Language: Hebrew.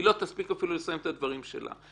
היא לא תספיק אפילו לסיים את הדברים שלה.